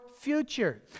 future